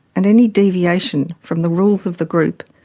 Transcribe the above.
and any deviation from the rules of the group,